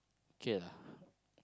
okay lah